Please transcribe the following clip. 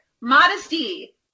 modesty